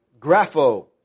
grapho